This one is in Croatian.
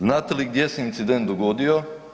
Znate li gdje se incident dogodio?